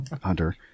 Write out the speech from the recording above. Hunter